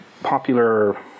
popular